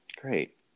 great